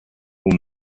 aux